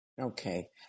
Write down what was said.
Okay